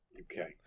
Okay